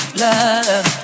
love